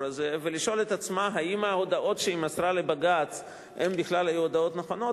הזה ולשאול את עצמה אם ההודעות שהיא מסרה לבג"ץ הן בכלל הודעות נכונות,